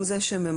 הוא זה שממנה.